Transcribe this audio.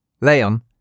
Leon